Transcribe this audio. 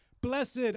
Blessed